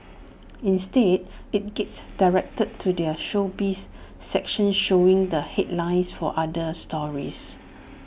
instead IT gets directed to their showbiz section showing the headlines for other stories